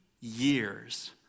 years